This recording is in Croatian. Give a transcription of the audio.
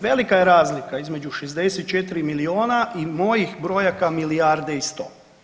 Velika je razlika između 64 milijuna i mojih brojaka milijarde i 100.